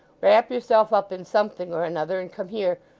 wrap yourself up in something or another, and come here,